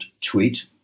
tweet